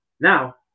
Now